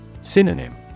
Synonym